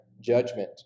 judgment